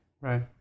Right